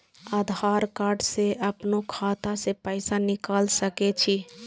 आधार कार्ड से अपनो खाता से पैसा निकाल सके छी?